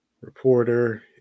reporter